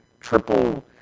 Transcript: triple